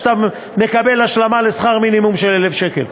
שאתה מקבל השלמה לשכר מינימום של 1,000 שקל,